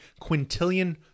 quintillion